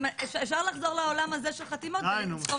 אפשר לחזור לעולם הזה של חתימות --- די נו.